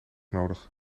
nodig